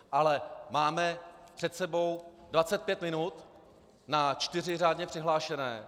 Ale máme před sebou dvacet pět minut na čtyři řádně přihlášené.